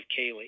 Kaylee